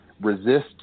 resist